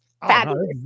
Fabulous